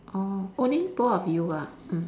orh only both of you ah mm